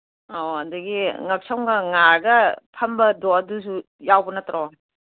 ꯑꯧ ꯑꯗꯒꯤ ꯉꯛꯁꯝꯒ ꯉꯥꯔꯒ ꯐꯝꯕꯗꯣ ꯑꯗꯨꯁꯨ ꯌꯥꯎꯕ ꯅꯠꯇ꯭ꯔꯣ